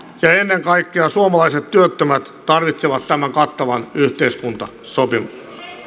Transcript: ja ja ennen kaikkea suomalaiset työttömät tarvitsevat tämän kattavan yhteiskuntasopimuksen